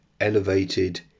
elevated